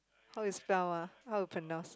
how you spell ah how you pronounce